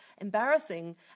embarrassing